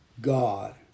God